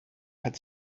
had